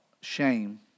shame